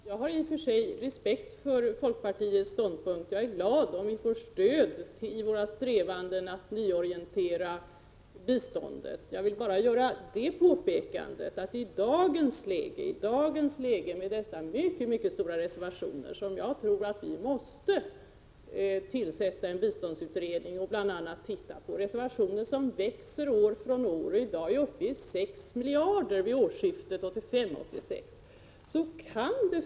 Fru talman! Jag har i och för sig respekt för folkpartiets ståndpunkt, och jag är glad om vi får stöd i våra strävanden att nyorientera biståndet. Jag vill bara göra det påpekandet att i dagens läge med de mycket stora reservationerna måste vi tillsätta en biståndsutredning för att bl.a. se över reservationerna på biståndsanslagen, som växer år från år. Vid årsskiftet 1985/86 var reservationerna uppe i 6 miljarder kronor.